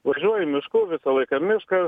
važiuoji mišku visą laiką miškas